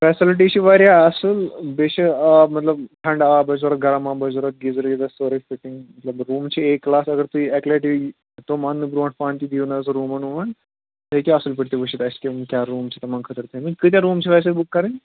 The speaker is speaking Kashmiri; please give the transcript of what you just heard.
فیسَلٹی چھِ واریاہ اَصل بیٚیہِ چھِ آب مطلب ٹھنٛڈٕ آب آسہِ ضوٚرتھ گرم آب آسہِ ضوٚرتھ گیٖزر ویٖزر سورُے فِٹ مطلب روٗم چھِ اے کلاس اگر تُہۍ اکہِ لَٹہِ تِم اَننہٕ بروٹھ پانہٕ تہِ دِیِو حظ روٗمَن ووٗمن تُہۍ ہیکِو اَصٕل پٲٹھۍ تہِ وچھِتھ اسہِ کٕۍ کیاہ روٗم چھِ تِمن خٲطرٕ تھٲے مٕتۍ کۭتیاہ روٗم چھِ ویسے بُک کَرٕنۍ